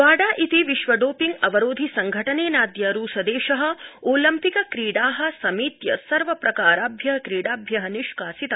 बाडा इति विश्व डोपिंग अवरोधि संघटनेनाद्य रूसदेश ओलम्पिक क्रीडा समेत्य सर्वप्रकाराभ्य क्रीडाभ्य निष्कासित